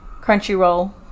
Crunchyroll